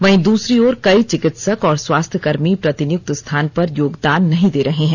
वहीं दूसरी ओर कई चिकित्सक और स्वास्थ्यकर्मी प्रतिनियुक्ति स्थान पर योगदान नहीं दे रहे हैं